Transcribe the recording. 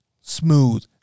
smooth